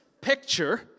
picture